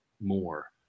more